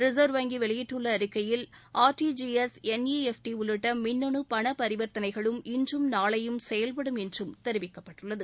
reserve வங்கி வெளியிட்டுள்ள அறிக்கையில் ஆர்டிஜிஎஸ் என்ஈஎஃப்டி உள்ளிட்ட மின்னணு பண பரிவர்த்தனைகளும் இன்றும் நாளையும் செயல்படும் என்றும் தெரிவிக்கப்பட்டுள்ளது